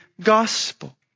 gospel